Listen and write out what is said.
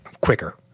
quicker